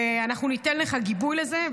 אנחנו ניתן לך גיבוי לזה,